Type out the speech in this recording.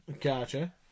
gotcha